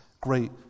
great